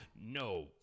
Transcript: no